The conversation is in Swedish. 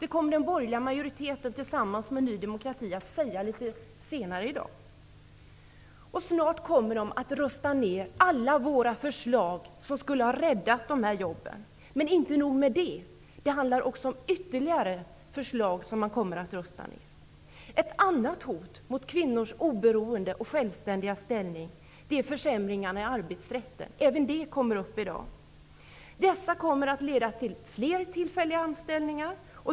Det kommer den borgerliga majoriteten tillsammans med Ny demokrati att säga litet senare i dag. Snart kommer de att rösta ner alla våra förslag, som skulle ha räddat jobben. Men det är inte nog med det. Man kommer att rösta ner även andra förslag. Ett annat hot mot kvinnors oberoende och självständiga ställning är försämringarna i arbetsrätten. Den frågan kommer också upp i kammaren i dag. De här försämringarna kommer att leda till flera tillfälliga anställningar.